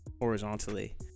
horizontally